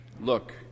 look